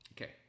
Okay